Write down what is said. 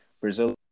Brazil